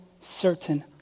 certain